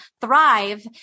thrive